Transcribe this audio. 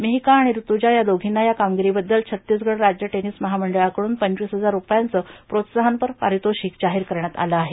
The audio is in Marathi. मिहिका आणि ऋतुजा या दोषींना या कामगिरीबद्दल छत्तीसगड राज्य देनिस महामंडळाकडून पंचवीस हजार रूपयांचं प्रोत्साहनपर पारितोषिक जाहीर करण्यात आलं आहे